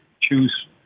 choose